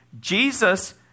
Jesus